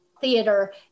theater